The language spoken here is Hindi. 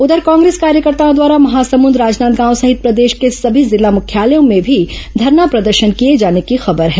उधर कांग्रेस कार्यकर्ताओं द्वारा महासमुद राजनांदगांव सहित प्रदेश के सभी जिला मुख्यालयों में भी धरना प्रदर्शन किए जाने की खबर है